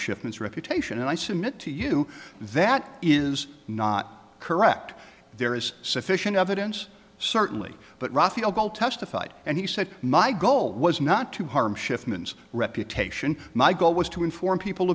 shipments reputation and i submit to you that is not correct there is sufficient evidence certainly but raphael ball testified and he said my goal was not to harm schiffman reputation my goal was to inform people